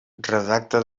redacta